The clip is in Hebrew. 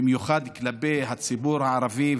במיוחד כלפי הציבור הערבי,